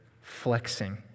flexing